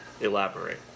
elaborate